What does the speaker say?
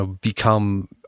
become